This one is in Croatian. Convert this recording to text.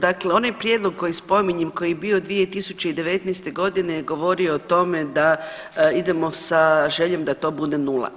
Dakle, onaj prijedlog koji spominjem koji je bio 2019.g. je govorio o tome da idemo sa željom da to bude nula.